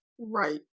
Right